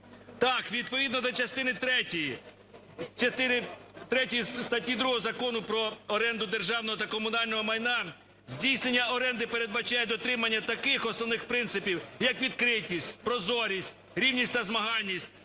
Так, відповідно до частини третьої статті 2 Закону "Про оренду державного та комунального майна" здійснення оренди передбачає дотримання таких основних принципів, як відкритість, прозорість, рівність та змагальність,